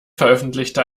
veröffentlichte